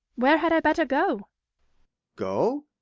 where had i better go go?